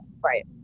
Right